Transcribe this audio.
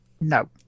No